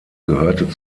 gehörte